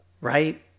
Right